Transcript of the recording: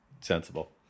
sensible